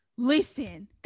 listen